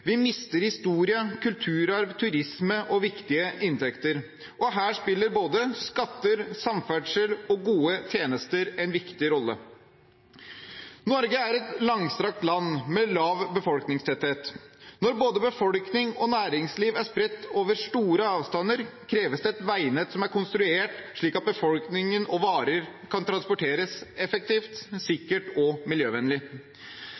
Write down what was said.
vi mister historie, kulturarv, turisme og viktige inntekter. Her spiller både skatter, samferdsel og gode tjenester en viktig rolle. Norge er et langstrakt land med lav befolkningstetthet. Når både befolkning og næringsliv er spredt over store avstander, kreves det et veinett som er konstruert slik at befolkning og varer kan transporteres effektivt,